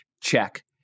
Check